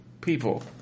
people